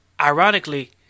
Ironically